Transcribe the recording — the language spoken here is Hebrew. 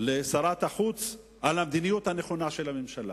לשרת החוץ על המדיניות הנכונה של הממשלה,